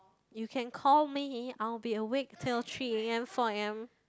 you can call me I'll be awake till three a_m four a_m